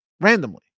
randomly